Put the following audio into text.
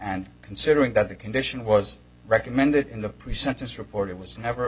and considering that the condition was recommended in the pre sentence report it was never